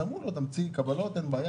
אמרו לו: תמציא קבלות, ואין בעיה.